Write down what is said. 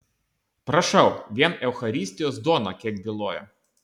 prašau vien eucharistijos duona kiek byloja